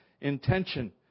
intention